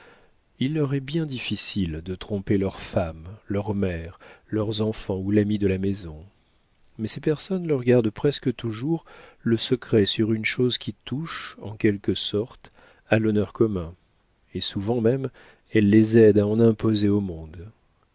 il leur est bien difficile de tromper leurs femmes leurs mères leurs enfants ou l'ami de la maison mais ces personnes leur gardent presque toujours le secret sur une chose qui touche en quelque sorte à l'honneur commun et souvent même elles les aident à en imposer au monde